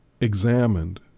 examined